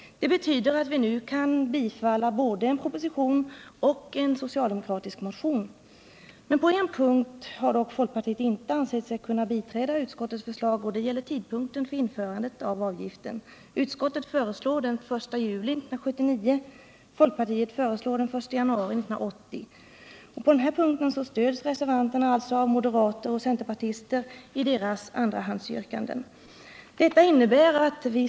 Det betyder att vi kan bifalla både en proposition och en socialdemokratisk motion. Men på en punkt har folkpartiet dock inte ansett sig kunna biträda utskottets förslag, och det gäller tidpunkten för avgiftens införande. Utskottet föreslår den 1 juli 1979, medan folkpartiet föreslår den 1 januari 1980. På den här punkten stöds alltså folkpartiet av moderater och centerpartister i deras andrahandsyrkande.